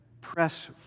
press